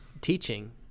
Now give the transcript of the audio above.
teaching